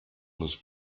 muss